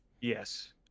Yes